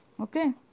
okay